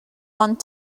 want